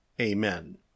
Amen